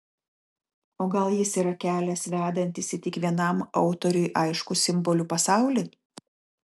o gal jis yra kelias vedantis į tik vienam autoriui aiškų simbolių pasaulį